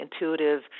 intuitive